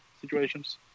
situations